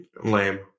Lame